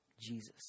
Jesus